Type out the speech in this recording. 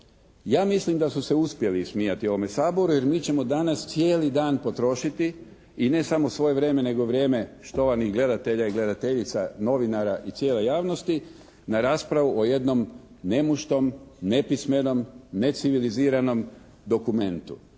Ja mislim da su se uspjeli ismijati ovome Saboru, jer mi ćemo danas cijeli dan potrošiti i ne samo svoje vrijeme nego i vrijeme štovanih gledatelja i gledateljica, novinara i cijele javnosti na raspravu o jednom nemuštom, nepismenom, neciviliziranom dokumentu.